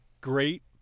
great